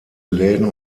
läden